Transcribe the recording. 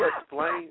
explain